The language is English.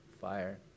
fire